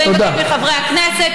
אז אני מבקשת מחברי הכנסת,